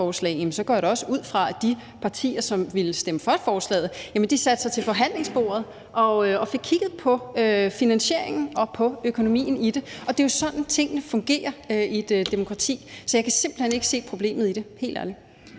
så går jeg da også ud fra, at de partier, som ville stemme for forslaget, satte sig til forhandlingsbordet og fik kigget på finansieringen og på økonomien i det. Det er jo sådan, tingene fungerer i et demokrati. Så jeg kan simpelt hen ikke se problemet i det – helt ærligt.